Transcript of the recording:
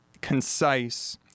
concise